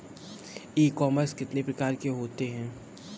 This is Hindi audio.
ई कॉमर्स कितने प्रकार के होते हैं?